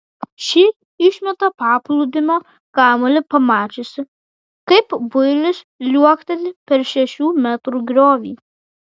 ši išmeta paplūdimio kamuolį pamačiusi kaip builis liuokteli per šešių metrų griovį